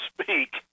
speak